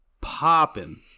popping